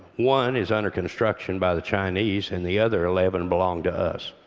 one is under construction by the chinese and the other eleven belong to us.